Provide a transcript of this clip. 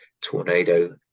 Tornado